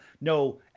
No